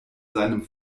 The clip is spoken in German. seinem